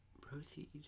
Proceed